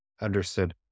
Understood